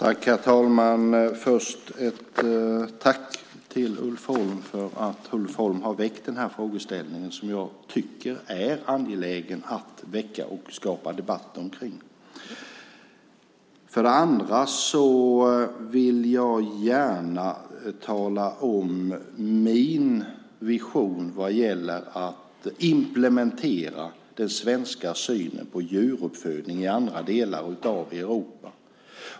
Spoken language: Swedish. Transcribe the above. Herr talman! För det första vill jag tacka Ulf Holm för att han har väckt denna fråga som är angelägen att skapa debatt omkring. För det andra vill jag gärna tala om min vision när det gäller att implementera den svenska synen på djuruppfödning i andra delar av Europa.